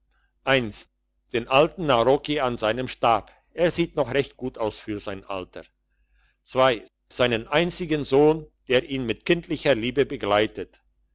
den alten narocki an seinem stab er sieht noch recht gut aus für sein alter seinen einzigen sohn der ihn mit kindlicher liebe begleitet